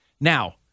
Now